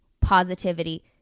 Positivity